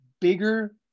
bigger